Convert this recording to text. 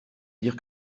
dire